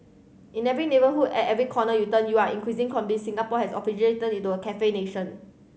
in every neighbourhood at every corner you turn you are increasing convinced Singapore has officially turned into a cafe nation